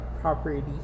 property